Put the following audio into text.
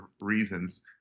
reasons